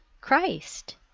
christ